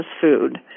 food